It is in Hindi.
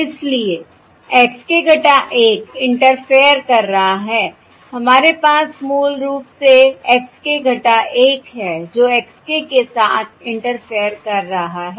इसलिए x k 1 इंटरफेयर कर रहा है हमारे पास मूल रूप से x k 1 है जो x k के साथ इंटरफेयर कर रहा है